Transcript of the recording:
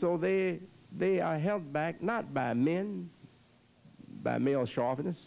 so they they are held back not by men by male chauvinists